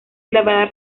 elevada